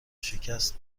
شکست